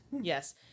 Yes